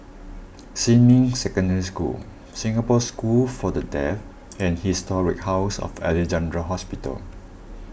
Xinmin Secondary School Singapore School for the Deaf and Historic House of Alexandra Hospital